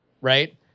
right